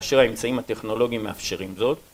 אשר האמצעים הטכנולוגיים מאפשרים זאת.